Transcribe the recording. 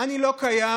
אני לא קיים?